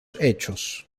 hechos